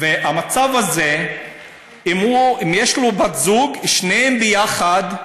המצב הזה אם יש לו בת זוג, שניהם יחד,